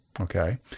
okay